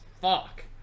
fuck